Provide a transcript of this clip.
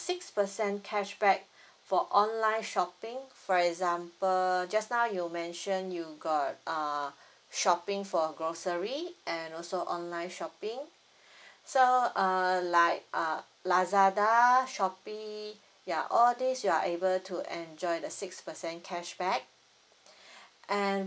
six percent cashback for online shopping for example just now you mentioned you got uh shopping for grocery and also online shopping so uh like uh lazada shopee ya all these you are able to enjoy the six percent cashback and